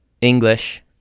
English